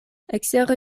ekster